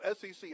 SEC